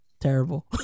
terrible